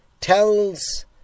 tells